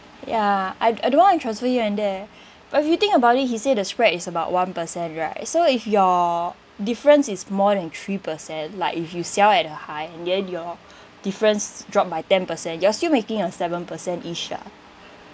ya I I don't want to transfer here and there but if you think about it he say the spread is about one percent right so if your difference is more than three percent like if you sell at a high and then your difference dropped by ten percent you're still making a seven percent is~ ah